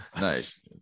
Nice